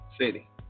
city